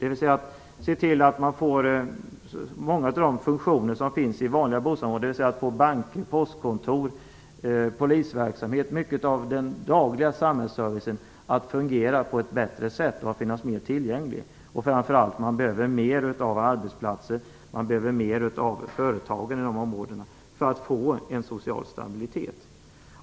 Man bör se till att många av de funktioner som finns i vanliga bostadsområden banker, postkontor, polisverksamhet - och mycket av den dagliga samhällsservicen kan fungera på ett bättre sätt och finnas mer tillgänglig. Framför allt behöver man flera arbetsplatser och mera av företagande för att det skall bli en social stabilitet.